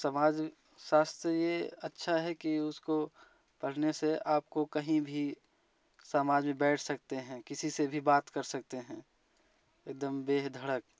समाज शास्त्र ये अच्छा है कि उसको पढ़ने से आपको कहीं भी समाज में बैठ सकते हैं किसी भी बात कर सकते हैं एकदम बेधड़क